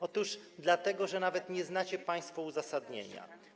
Otóż dlatego, że nawet nie znacie państwo uzasadnienia.